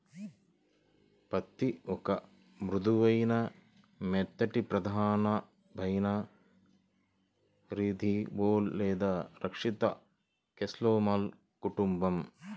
పత్తిఒక మృదువైన, మెత్తటిప్రధానఫైబర్ఇదిబోల్ లేదా రక్షిత కేస్లోమాలో కుటుంబం